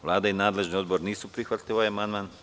Vlada i nadležni odbor nisu prihvatili ovaj amandman.